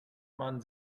man